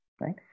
Right